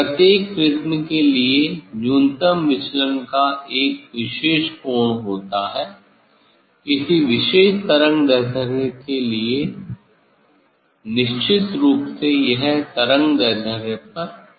प्रत्येक प्रिज्म के लिए न्यूनतम विचलन का एक विशेष कोण होता है किसी विशेष तरंगदैर्ध्य के लिए निश्चित रूप से यह तरंग दैर्ध्य पर निर्भर करता है